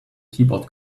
keyboard